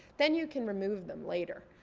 then you can remove them later.